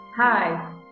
Hi